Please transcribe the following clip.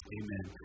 amen